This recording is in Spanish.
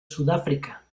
sudáfrica